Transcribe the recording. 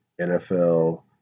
NFL